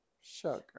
sugar